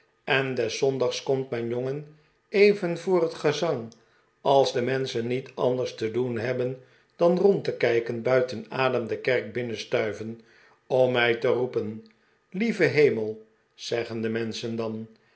en des zondags komt mijn jongen even voor het gezang als de menschen niets anders te doen hebben dan rond te kijken buiten adem de kerk binnenstuiven om mij te roepen lieve hemel zeggen de menschen dan